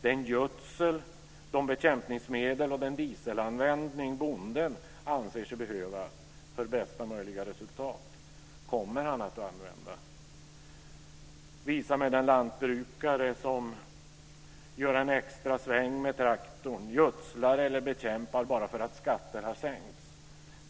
Den gödsel, de bekämpningsmedel och den diesel som bonden anser sig behöva för bästa möjliga resultat kommer han att använda. Visa mig den lantbrukare som gör en extra sväng med traktorn, gödslar eller bekämpar bara för att skatten har sänkts.